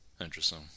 Interesting